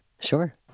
Sure